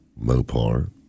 Mopar